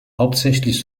hauptsächlich